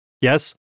Yes